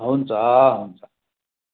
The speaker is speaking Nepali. हुन्छ हुन्छ